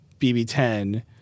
BB10